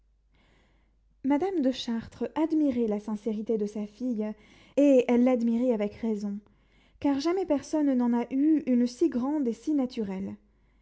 madame de chartres admirait la sincérité de sa fille et elle l'admirait avec raison car jamais personne n'en a eu une si grande et si naturelle